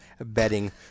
betting